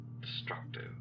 destructive